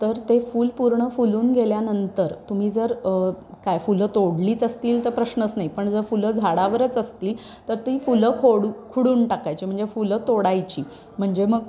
तर ते फुल पूर्ण फुलून गेल्यानंतर तुम्ही जर काय फुलं तोडलीच असतील तर प्रश्नच नाही पण जर फुलं झाडावरच असतील तर ती फुलं खोडू खुडून टाकायची म्हणजे फुलं तोडायची म्हणजे मग